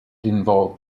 involved